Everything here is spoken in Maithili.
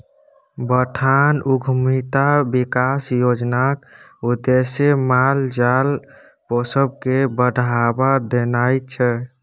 बथान उद्यमिता बिकास योजनाक उद्देश्य माल जाल पोसब केँ बढ़ाबा देनाइ छै